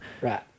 Right